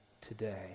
today